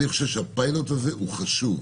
אני חשוב שהפיילוט הזה הוא חשוב.